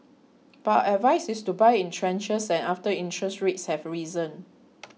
but our advice is to buy in tranches and after interest rates have risen